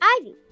Ivy